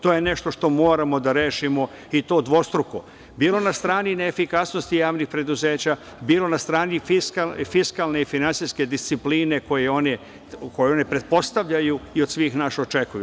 To je nešto što moramo da rešimo, i to dvostruko, bilo na strani neefikasnosti javnih preduzeća, bilo na strani fiskalne i finansijske discipline koju oni pretpostavljaju i od svih nas očekuju.